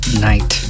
Night